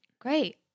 Great